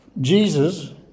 Jesus